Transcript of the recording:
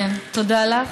תודה לך,